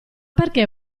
perché